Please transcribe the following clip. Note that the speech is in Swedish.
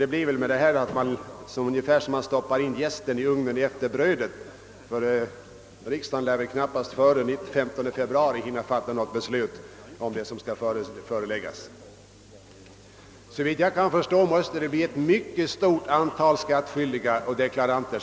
Det blir med detta som när man stoppar in jästen i ugnen efter degen, eftersom riksdagen knappast före den 15 februari hinner fatta beslut i denna fråga. Såvitt jag förstår måste detta komma att gälla ett mycket stort antal skattskyldiga och deklaranter.